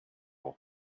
all